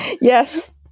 yes